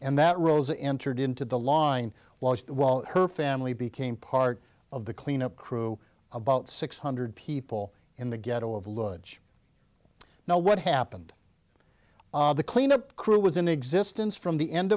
and that rosa entered into the line while her family became part of the cleanup crew about six hundred people in the ghetto of luggage know what happened the cleanup crew was in existence from the end